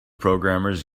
programmers